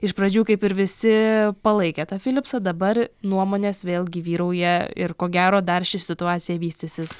iš pradžių kaip ir visi palaikė tą filipsą dabar nuomonės vėlgi vyrauja ir ko gero dar ši situacija vystysis